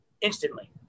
instantly